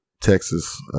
Texas